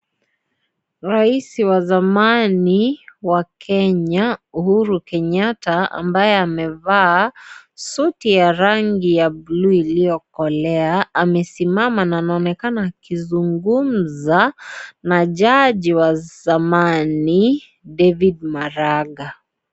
Raisi wa zamani wa Kenya Uhuru Kenyatta ambaye amevaa suti ya rangi ya bulu iliyokolea amesimama na anaonekana akizungumza na jaji wa zamani David Maraga.